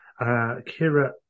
Kira